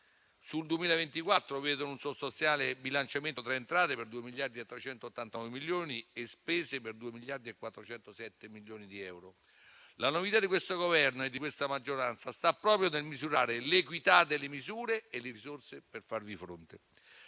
sul 2024 vedono un sostanziale bilanciamento tra entrate per 2,389 miliardi e spese per 2,407 miliardi di euro. La novità di questo Governo e della maggioranza sta proprio nel misurare l'equità delle misure e le risorse per farvi fronte.